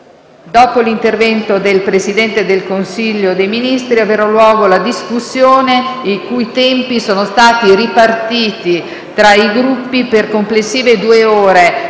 Dopo l'intervento del Presidente del Consiglio dei ministri avrà luogo la discussione, i cui tempi sono stati ripartiti tra i Gruppi per complessive due ore,